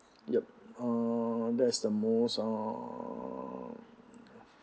yup uh that's the most err